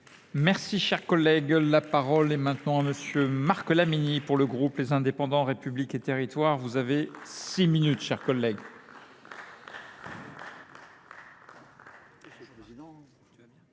Merci, cher collègue. La parole est maintenant à monsieur Marc Lamini pour le groupe Les Indépendants, République et territoires. Vous avez six minutes, cher collègue.